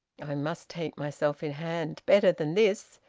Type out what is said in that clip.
i must take myself in hand better than this.